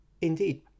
Indeed